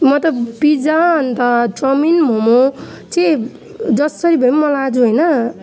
म त पिज्जा अन्त चाउमिन मोमो चाहिँ जसरी भए पनि मलाई आज होइन